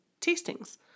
tastings